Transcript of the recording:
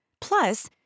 Plus